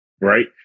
right